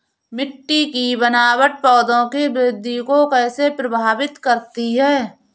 मिट्टी की बनावट पौधों की वृद्धि को कैसे प्रभावित करती है?